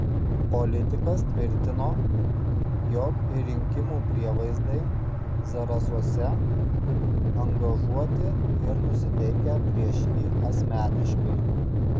politikas tvirtino jog ir rinkimų prievaizdai zarasuose angažuoti ir nusiteikę prieš jį asmeniškai